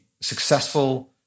successful